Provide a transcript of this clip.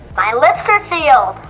my lips are sealed.